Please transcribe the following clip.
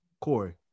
Corey